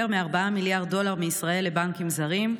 מ-4 מיליארד דולר מישראל לבנקים זרים,